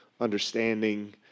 understanding